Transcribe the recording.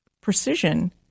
precision